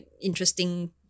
interesting